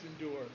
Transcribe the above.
endure